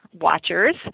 watchers